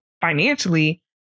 financially